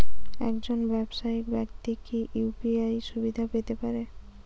একজন ব্যাবসায়িক ব্যাক্তি কি ইউ.পি.আই সুবিধা পেতে পারে?